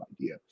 idea